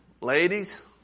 ladies